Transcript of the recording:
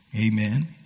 Amen